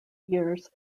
years